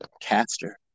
caster